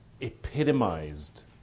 epitomized